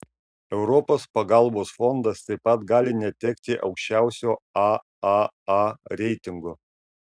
europos pagalbos fondas taip pat gali netekti aukščiausio aaa reitingo